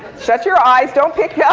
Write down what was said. shut your eyes. don't pick yeah